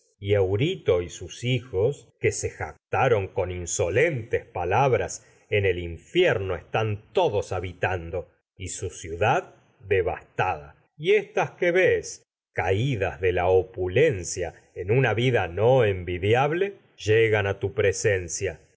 y eurito con sus hijos se jactaron todos insolentes y su palabras en el y infierno están habitando ciudad devastada en una éstas que ves caídas de la tu opulencia vida no envidiable llegan ha mandado a a presencia